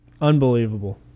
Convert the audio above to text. unbelievable